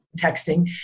texting